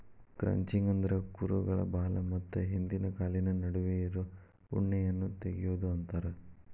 crutching ಅಂದ್ರ ಕುರುಗಳ ಬಾಲ ಮತ್ತ ಹಿಂದಿನ ಕಾಲಿನ ನಡುವೆ ಇರೋ ಉಣ್ಣೆಯನ್ನ ತಗಿಯೋದು ಅಂತಾರ